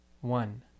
One